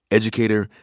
educator,